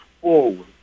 forward